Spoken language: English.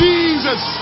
Jesus